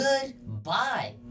goodbye